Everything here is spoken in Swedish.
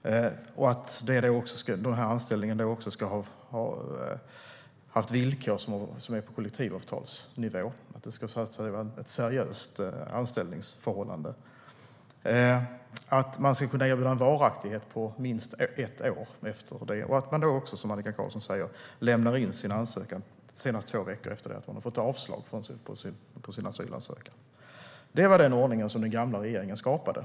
Anställningen ska ha haft villkor på kollektivavtalsnivå. Det ska vara ett seriöst anställningsförhållande. Ett annat krav är att man ska kunna erbjudas en varaktighet minst ett år efter det. Man ska också, som Annika Qarlsson säger, lämna in sin ansökan senast två veckor efter att man har fått avslag på sin asylansökan. Det var den ordningen den gamla regeringen skapade.